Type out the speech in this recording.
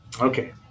Okay